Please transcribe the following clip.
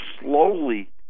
slowly